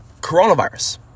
coronavirus